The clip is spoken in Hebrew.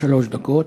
שלוש דקות.